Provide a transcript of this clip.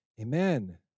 amen